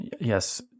yes